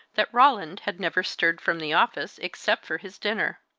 that roland had never stirred from the office, except for his dinner.